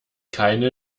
keine